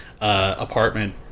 apartment